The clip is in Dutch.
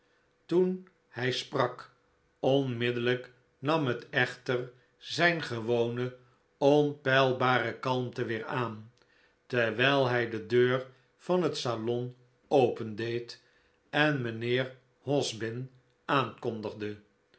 toen hij sprak onmiddellijk nam het echter zijn gewone onpeilbare kalmte weer aan terwijl hij de deur van het salon opendeed en mijnheer hosbin aankondigde